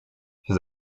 his